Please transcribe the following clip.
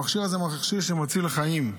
המכשיר הזה הוא מכשיר שמציל חיים.